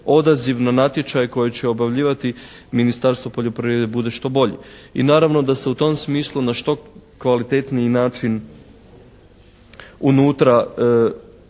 odaziv na natječaj koji će objavljivati Ministarstvo poljoprivrede bude što bolji. I naravno da se u tom smislu na što kvalitetniji način unutra